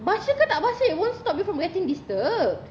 baca ke tak baca it won't stop me from getting disturbed